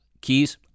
Keys